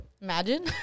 Imagine